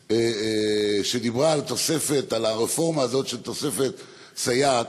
שדיברה על הרפורמה הזאת של תוספת סייעת,